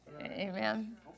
Amen